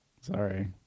Sorry